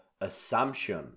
assumption